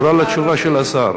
קשורה לתשובה של השר.